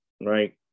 right